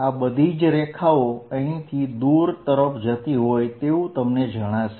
આ બધી જ રેખાઓ અહીંથી દૂર તરફ જતી હોય તેવું તમને દેખાશે